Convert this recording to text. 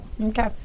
Okay